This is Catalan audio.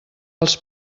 als